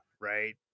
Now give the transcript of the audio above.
right